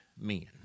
men